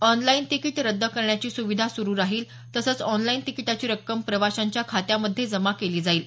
online ticket रद्द करण्याची सुविधा सुरु राहील तसंच ऑनलाईन तिकीटाची रक्कम प्रवाशांच्या खात्यामध्ये जमा केली जाईल